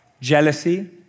jealousy